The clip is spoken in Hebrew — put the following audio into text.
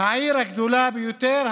העיר הגדולה ביותר,